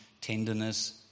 tenderness